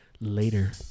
later